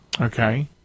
okay